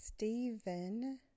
Stephen